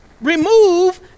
Remove